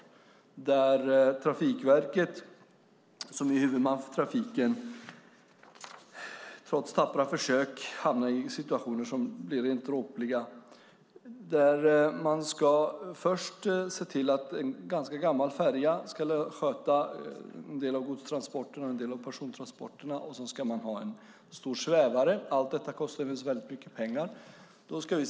Huvudmannen Trafikverket har trots tappra försök hamnat i rent dråpliga situationer. Först ska en gammal färja sköta en del av godstransporterna och en del av persontransporterna. Sedan ska det finnas en stor svävare. Allt detta kostar naturligtvis mycket pengar.